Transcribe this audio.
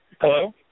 Hello